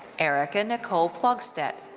erika nicole plogstedt.